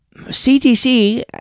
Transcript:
CTC